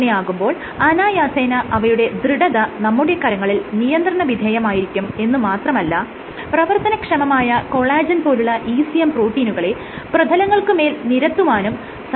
അങ്ങനെയാകുമ്പോൾ അനായാസേന അവയുടെ ദൃഢത നമ്മുടെ കരങ്ങളിൽ നിയന്ത്രണ വിധേയമായിരിക്കും എന്ന് മാത്രമല്ല പ്രവർത്തനക്ഷമമായ കൊളാജെൻ പോലുള്ള ECM പ്രോട്ടീനുകളെ പ്രതലങ്ങൾക്ക് മേൽ നിരത്തുവാനും സാധിക്കും